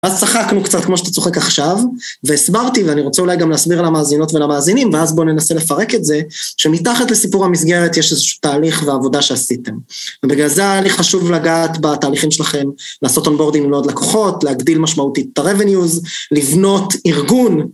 אז צחקנו קצת, כמו שאתה צוחק עכשיו, והסברתי, ואני רוצה אולי גם להסביר למאזינות ולמאזינים, ואז בואו ננסה לפרק את זה, שמתחת לסיפור המסגרת יש איזשהו תהליך ועבודה שעשיתם. ובגלל זה היה לי חשוב לגעת בתהליכים שלכם, לעשות הונבורדים לעוד לקוחות, להגדיל משמעותית את ה-revenues, לבנות ארגון.